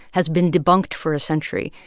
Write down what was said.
has been debunked for a century.